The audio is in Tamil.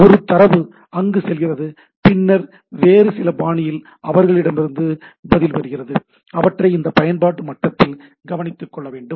ஒரு தரவு அங்கு செல்கிறது பின்னர் வேறு சில பாணியில் அவர்களிடமிருந்து பதில் வருகிறது அவற்றை இந்த பயன்பாட்டு மட்டத்தில் கவனித்துக் கொள்ள வேண்டும்